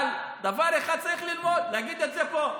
אבל דבר אחד צריך ללמוד ולהגיד את זה פה: